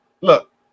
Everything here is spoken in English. look